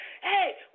Hey